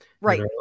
Right